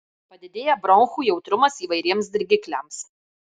padidėja bronchų jautrumas įvairiems dirgikliams